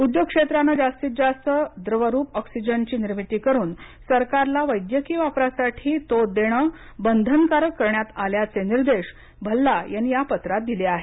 उद्योग क्षेत्राने जास्तीत जास्त द्रवरूप ऑक्सिजन ची निर्मिती करून सरकारला वैद्यकीय वापरासाठी तो देण बंधनकारक करण्यात आल्याचे निर्देश भल्ला यांनी या पत्रात दिले आहेत